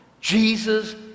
Jesus